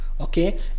okay